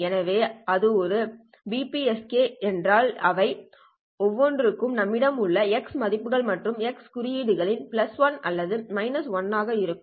எனவே அது ஒரு BPSK என்றால் அவை ஒவ்வொன்றும் நம்மிடம் உள்ள X மதிப்புகள் மற்றும் X குறியீட்டுகளின் 1 அல்லது 1 ஆக இருக்கும்